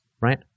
right